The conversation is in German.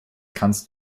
kannst